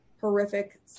horrific